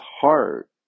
heart